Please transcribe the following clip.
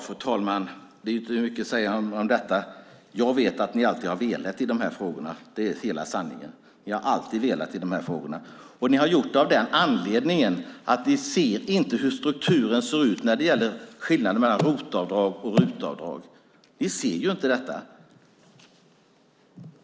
Fru talman! Det är inte mycket att säga om detta. Jag vet att ni alltid har velat i de här frågorna. Det är hela sanningen. Ni har gjort det av den anledningen att ni inte ser hur strukturen ser ut när det gäller skillnaden mellan ROT-avdrag och RUT-avdrag. Ni ser inte detta.